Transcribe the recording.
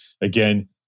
again